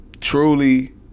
truly